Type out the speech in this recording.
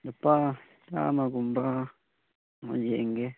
ꯂꯨꯄꯥ ꯆꯥꯝꯃꯒꯨꯝꯕ ꯌꯦꯡꯒꯦ